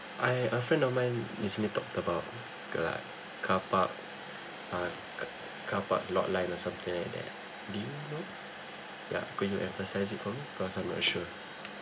I a friend of mine recently talked about uh car park par~ ca~ car park lot line or something like that ah do you know yeah could you emphasize it for me cause I'm not sure